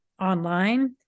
online